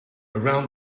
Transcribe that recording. around